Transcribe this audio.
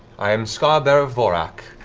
i am scalebearer vorak.